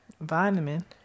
Vitamin